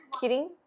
kidding